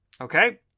Okay